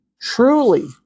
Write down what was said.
truly